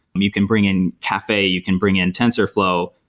and you can bring in cafe, you can bring in tensorflow,